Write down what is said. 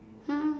hmm